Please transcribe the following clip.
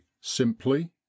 simply